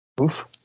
oof